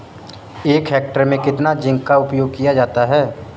एक हेक्टेयर में कितना जिंक का उपयोग किया जाता है?